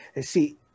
see